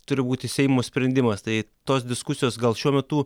turi būti seimo sprendimas tai tos diskusijos gal šiuo metu